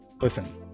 Listen